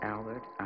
Albert